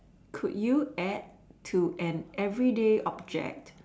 could you add to an everyday object